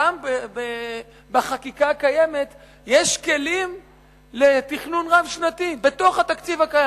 גם בחקיקה הקיימת יש כלים לתכנון רב-שנתי בתוך התקציב הקיים.